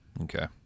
Okay